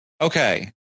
Okay